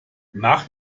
mach